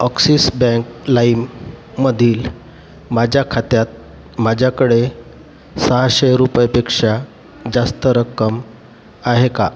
oxes bank लाईममधील माझ्या खात्यात माझ्याकडे सहाशे रुपयपेक्षा जास्त रक्कम आहे का